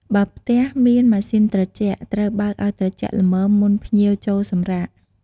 បើផ្ទះមានម៉ាស៊ីនត្រជាក់ ត្រូវបើកឱ្យត្រជាក់ល្មមមុនភ្ញៀវចូលសម្រាក។